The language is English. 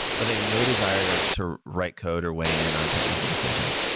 but they have no desire to to write code or weigh in on technical decisions.